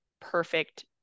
perfect